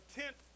tent